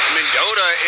Mendota